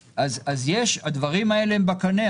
הדברים האלה בקנה,